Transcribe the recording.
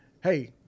hey